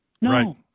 No